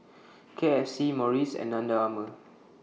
K F C Morries and Under Armour